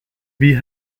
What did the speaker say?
wie